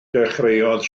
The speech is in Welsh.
dechreuodd